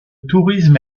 tourisme